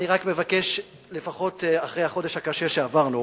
אני רק מבקש לפחות אחרי החודש הקשה שעברנו,